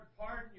pardon